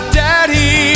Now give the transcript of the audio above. daddy